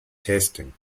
testing